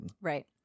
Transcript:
Right